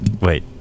wait